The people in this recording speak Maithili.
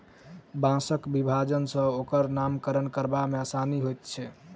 बाँसक विभाजन सॅ ओकर नामकरण करबा मे आसानी होइत छै